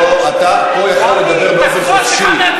לא, אתה פה יכול לדבר באופן חופשי, תחזור בך